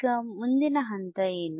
ಈಗ ಮುಂದಿನ ಹಂತ ಏನು